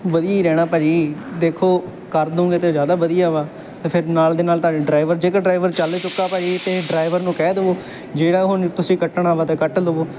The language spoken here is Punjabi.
ਵਧੀਆ ਹੀ ਰਹਿਣਾ ਭਾਅ ਜੀ ਦੇਖੋ ਕਰ ਦੋਗੇ ਤਾਂ ਜ਼ਿਆਦਾ ਵਧੀਆ ਵਾ ਅਤੇ ਫਿਰ ਨਾਲ ਦੇ ਨਾਲ ਤੁਹਾਡੇ ਡਰਾਈਵਰ ਜੇਕਰ ਡਰਾਈਵਰ ਚੱਲ ਚੁੱਕਾ ਭਾਈ ਤਾਂ ਡਰਾਈਵਰ ਨੂੰ ਕਹਿ ਦੇਵੋ ਜਿਹੜਾ ਹੁਣ ਤੁਸੀਂ ਕੱਟਣਾ ਵਾ ਤਾਂ ਕੱਟ ਲਵੋ